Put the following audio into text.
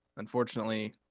Unfortunately